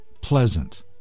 pleasant